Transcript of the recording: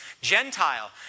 Gentile